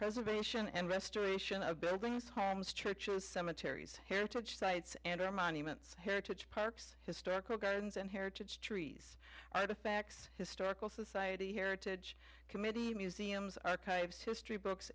preservation and restoration of buildings homes churches cemeteries heritage sites and our monuments heritage parks historical gardens and heritage trees facts historical society heritage committee museums archives history books